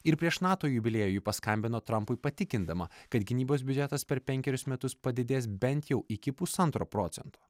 ir prieš nato jubiliejų ji paskambino trampui patikindama kad gynybos biudžetas per penkerius metus padidės bent jau iki pusantro procento